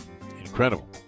Incredible